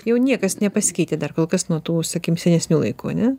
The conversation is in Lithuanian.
jau niekas nepasikeitė dar kol kas nuo tų sakykim senesnių laikų ane